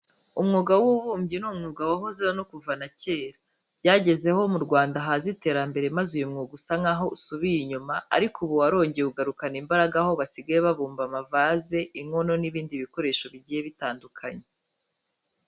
Umwuga w'ububumbyi ni umwuga wahozeho no kuva na kera. Byagezeho mu Rwanda haza iterambere maze uyu mwuga usa nkaho usubiye inyuma ariko ubu warongeye ugarukana imbaraga aho basigaye babumba amavaze, inkono n'ibindi bikoresho bigiye bitandukanye.